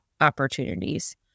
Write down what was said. opportunities